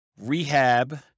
rehab